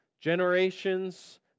generations